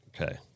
Okay